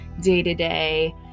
day-to-day